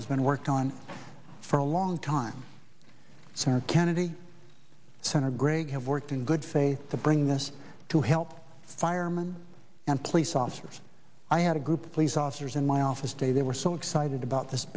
that's been worked on for a long time senator kennedy senator gregg have worked in good faith to bring this to help firemen and police officers i had a group of police officers in my office day they were so excited about this